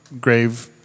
grave